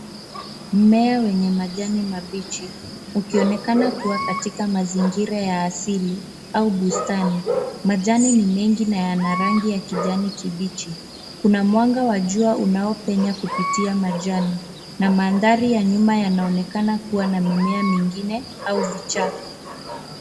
Mmea wenye majani mabichi ukionekana kuwa katiaka mazingira ya asili au bustani. Majani ni mengi na yana rangi ya kijani kibichi . Kuna mwanga wa jua unaopenya kupitia majani na mandhari ya jua yanaonekana kuwa na mimea mingine au vichaka.